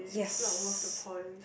yes